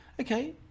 Okay